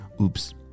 Oops